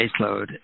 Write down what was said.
baseload